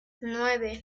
nueve